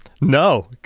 No